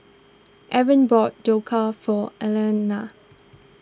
Arlen bought Dhokla for Elaina